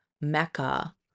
mecca